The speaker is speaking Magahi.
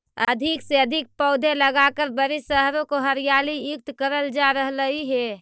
अधिक से अधिक पौधे लगाकर बड़े शहरों को हरियाली युक्त करल जा रहलइ हे